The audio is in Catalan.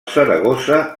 saragossa